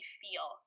feel